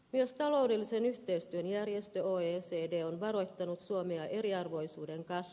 jos taloudellisen yhteistyön järjestö ohjasi idea on varoittanut suomea eriarvoisuudenkas